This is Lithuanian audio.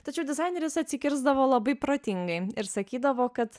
tačiau dizaineris atsikirsdavo labai protingai ir sakydavo kad